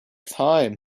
time